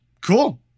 cool